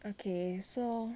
okay so